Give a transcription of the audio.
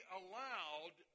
allowed